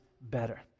better